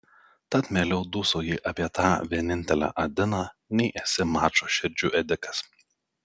tad mieliau dūsauji apie tą vienintelę adiną nei esi mačo širdžių ėdikas